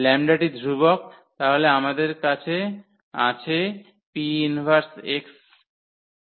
λ টি ধ্রুবক তাহলে আমাদের আছে 𝑃−1 x রয়েছে